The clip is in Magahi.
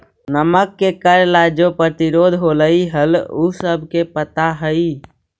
नमक के कर ला जो प्रतिरोध होलई हल उ सबके पता हई